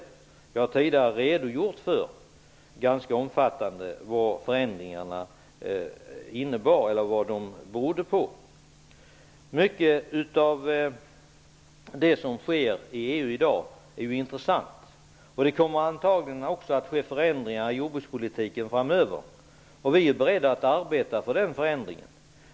Jag har tidigare lämnat en ganska omfattande redogörelse för vad förändringarna berodde på. Mycket av det som sker i EU i dag är intressant. Det kommer antagligen också att ske förändringar i jordbrukspolitiken framöver. Vi är beredda att arbeta för den förändringen.